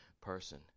person